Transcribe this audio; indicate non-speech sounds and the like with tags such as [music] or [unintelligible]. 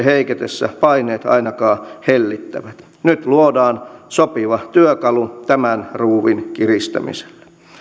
[unintelligible] heiketessä paineet ainakaan hellittävät nyt luodaan sopiva työkalu tämän ruuvin kiristämiselle